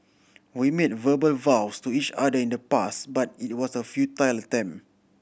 we made verbal vows to each other in the past but it was a futile attempt